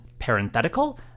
parenthetical